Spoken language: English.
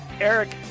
Eric